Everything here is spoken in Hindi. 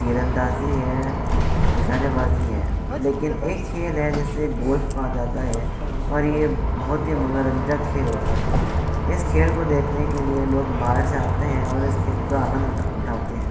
तीरंदाज़ी है निशानेबाज़ी है लेकिन एक खेल है जिसे गोल्फ कहा जाता है और यह बहुत ही मनोरंजक खेल होता है इस खेल को देखने के लिए लोग बाहर से आते हैं और इस खेल का आनंद उठा उठाते है